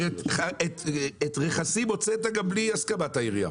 הרי את רכסים הוצאת גם בלי הסכמת העיריה.